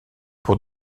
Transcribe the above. pour